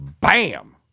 Bam